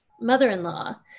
mother-in-law